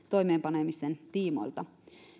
toimeenpanemisen tiimoilta